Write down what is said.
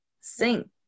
sing